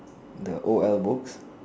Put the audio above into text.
the o L books